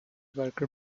worked